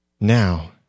Now